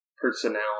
personality